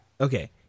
Okay